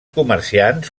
comerciants